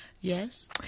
Yes